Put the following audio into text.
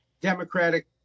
democratic